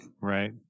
Right